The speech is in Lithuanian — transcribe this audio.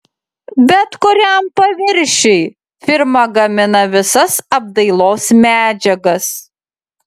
bet kuriam paviršiui firma gamina visas apdailos medžiagas